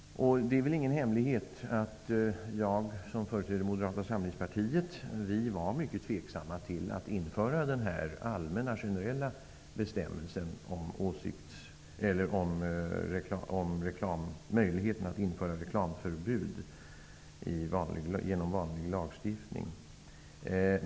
Det är väl ingen hemlighet att vi i Moderata samlingspartiet var mycket tveksamma till att införa den generella bestämmelsen om möjlighet att införa reklamförbud genom vanlig lagstiftning.